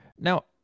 Now